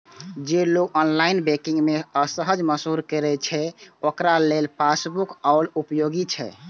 जे लोग online banking मे असहज महसूस करै छै, ओकरा लेल पासबुक आइयो उपयोगी छै